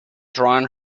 drawn